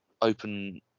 open